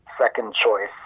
second-choice